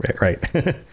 right